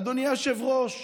אדוני היושב-ראש,